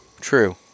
True